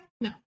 No